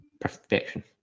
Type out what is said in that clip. perfection